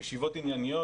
ישיבות עניינית.